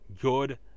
good